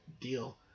deal